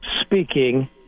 speaking